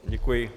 Děkuji.